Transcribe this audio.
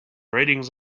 ratings